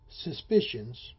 suspicions